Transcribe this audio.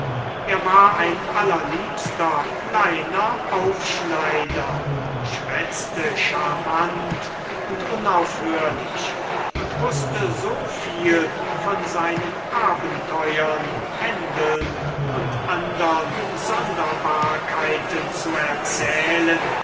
er war ein allerliebster kleiner aufschneider schwätzte charmant und unaufhörlich und wußte so viel von seinen abenteuern händeln und andern sonderbarkeiten zu erzählen